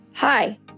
Hi